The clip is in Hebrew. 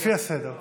לפי הסדר.